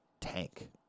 tank